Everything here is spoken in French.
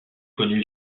connu